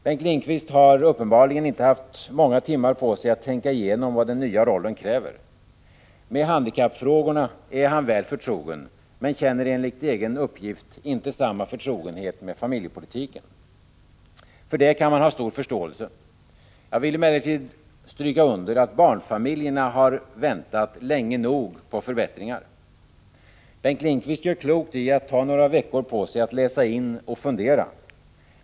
Bengt Lindqvist har uppenbarligen inte haft många timmar på sig att tänka igenom vad den nya rollen kräver. Med handikappfrågorna är han väl förtrogen, men känner enligt egen uppgift inte samma förtrogenhet med familjepolitiken. För detta kan man ha stor förståelse. Jag vill emellertid stryka under att barnfamiljerna har väntat länge nog på förbättringar. Bengt Lindqvist gör klokt i att ta några veckor på sig att läsa in och fundera.